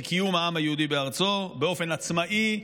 קיום העם היהודי בארצו באופן עצמאי,